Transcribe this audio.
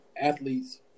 Athletes